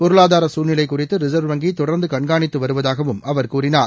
பொருளாதார சூழ்நிலை குறித்து ரிச்வ் வங்கி தொடர்ந்து கண்காணித்து வருவதாகவும் அவர் கூறினார்